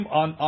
on